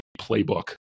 playbook